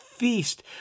feast